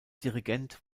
dirigent